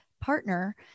partner